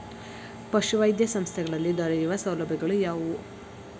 ಪಶುವೈದ್ಯ ಸಂಸ್ಥೆಗಳಲ್ಲಿ ದೊರೆಯುವ ಸೌಲಭ್ಯಗಳು ಯಾವುವು?